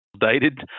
dated